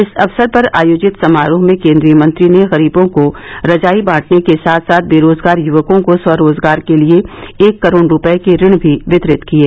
इस अवसर पर आयोजित समारोह में केन्द्रीय मंत्री ने गरीबों को रजाई बांटने के साथ साथ बेरोजगार युवकों को स्वरोजगार के लिए एक करोड़ रूपये के ऋण भी वितरित किये